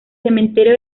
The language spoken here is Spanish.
cementerio